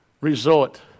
resort